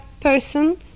person